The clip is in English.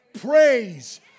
praise